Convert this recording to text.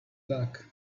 back